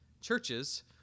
Churches